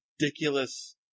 ridiculous